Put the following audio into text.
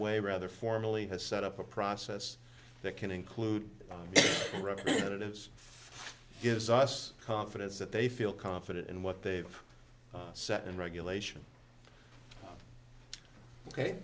way rather formally has set up a process that can include representatives gives us confidence that they feel confident in what they've set and regulation ok